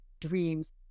dreams